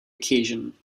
occasion